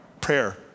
prayer